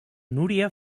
núria